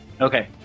Okay